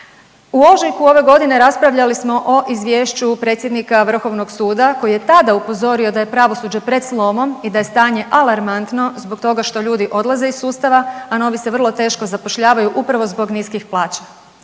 U ožujku ove godine raspravljali smo o izvješću predsjednika Vrhovnog suda koji je tada upozorio da je pravosuđe pred slomom i da je stanje alarmantno zbog toga što ljudi odlaze iz sustava, a novi se vrlo teško zapošljavaju upravo zbog niskih plaća,